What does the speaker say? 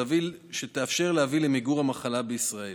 שתאפשר להביא למיגור המחלה בישראל.